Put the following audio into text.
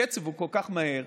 הקצב הוא כל כך מהיר.